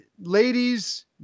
ladies